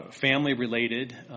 family-related